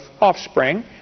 offspring